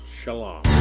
shalom